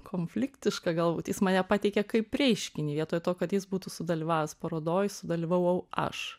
konfliktiška galbūt jis mane pateikia kaip reiškinį vietoj to kad jis būtų sudalyvavęs parodoj sudalyvavau aš